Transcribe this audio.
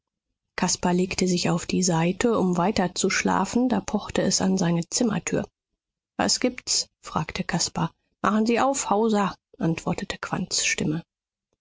legte sich auf die seite um weiterzuschlafen da pochte es an seine zimmertür was gibt's fragte caspar machen sie auf hauser antwortete